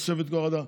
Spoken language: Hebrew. תוספת כוח אדם,